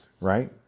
right